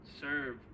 serve